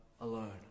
alone